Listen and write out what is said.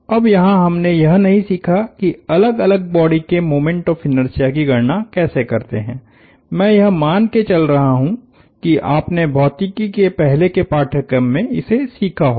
अब यहाँ हमने यह नहीं सीखा कि अलग अलग बॉडी के मोमेंट ऑफ़ इनर्शिया की गणना कैसे करते है मैं यह मान के चल रहा हु कि आपने भौतिकी के पहले के पाठ्यक्रम में इसे सीखा होगा